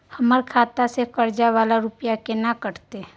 हमर खाता से कर्जा वाला रुपिया केना कटते?